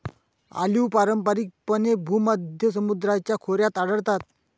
olive पारंपारिकपणे भूमध्य समुद्राच्या खोऱ्यात आढळतात